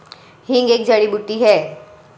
हींग एक जड़ी बूटी है